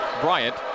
Bryant